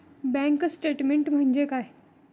Bank statement म्हणजे काय?